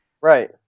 Right